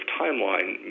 timeline